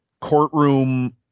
courtroom